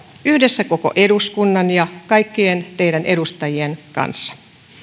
yhdessä koko eduskunnan ja kaikkien teidän edustajien kanssa